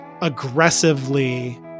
aggressively